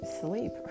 sleep